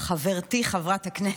חברתי חברת הכנסת,